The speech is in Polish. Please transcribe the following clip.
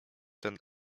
ten